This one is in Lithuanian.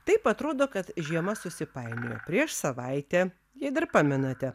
taip atrodo kad žiema susipainiojo prieš savaitę jei dar pamenate